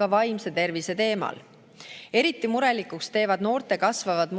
ka vaimse tervise teemat. Eriti murelikuks teevad noorte kasvavad